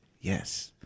Yes